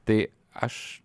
tai aš